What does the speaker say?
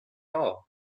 all